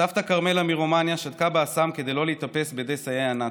סבתא כרמלה מרומניה שתקה באסם כדי לא להיתפס בידי סייעני נאצים.